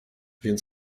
więc